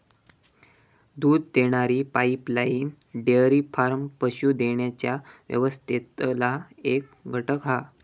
दूध देणारी pipeline dairy farm पशू देण्याच्या व्यवस्थेतला एक घटक हा